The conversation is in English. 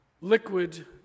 liquid